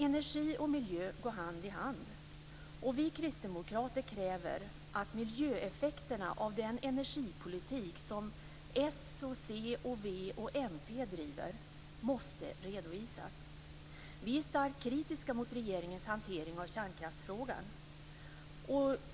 Energi och miljö går hand i hand, och vi kristdemokrater kräver att miljöeffekterna av den energipolitik som s, c, v och mp driver måste redovisas. Vi är starkt kritiska mot regeringens hantering av kärnkraftsfrågan.